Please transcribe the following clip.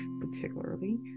particularly